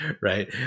right